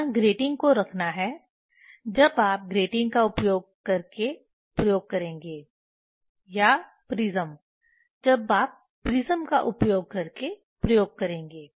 यहां ग्रेटिंग को रखना है जब आप ग्रेटिंग का उपयोग करके प्रयोग करेंगे या प्रिज़्म जब आप प्रिज़्म का उपयोग करके प्रयोग करेंगे